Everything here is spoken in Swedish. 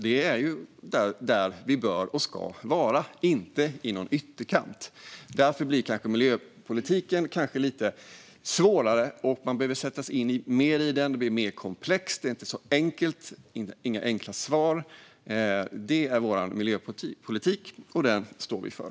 Då finns det inga enkla svar, och därför blir vår miljöpolitik mer komplex. Det står vi för.